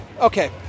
Okay